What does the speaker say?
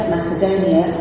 Macedonia